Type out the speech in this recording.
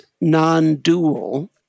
non-dual